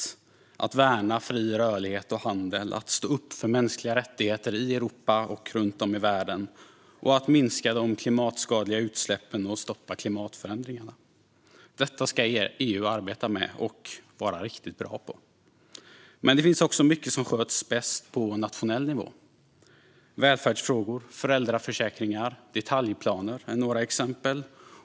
Det handlar om att värna fri rörlighet och handel, om att stå upp för mänskliga rättigheter i Europa och runt om i världen och om att minska de klimatskadliga utsläppen och stoppa klimatförändringarna. Detta ska EU arbeta med och vara riktigt bra på. Men det finns också mycket som sköts bäst på nationell nivå. Välfärdsfrågor, föräldraförsäkringar och detaljplaner är några exempel.